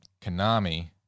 Konami